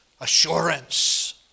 assurance